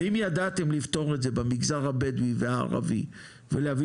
ואם ידעתם לפתור את זה במגזר הבדואי והערבי ולהביא